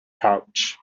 pouch